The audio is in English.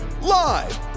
live